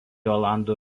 olandų